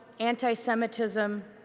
antisemitism,